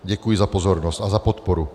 Děkuji za pozornost a za podporu.